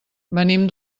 venim